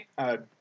Okay